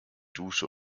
dusche